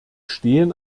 stehen